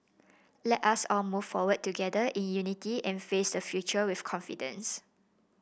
let us all move forward together in unity and face the future with confidence